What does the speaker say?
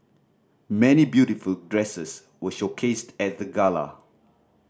many beautiful dresses were showcased at the gala